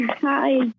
Hi